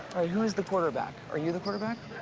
who is the quarterback, are you the quarterback?